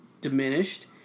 diminished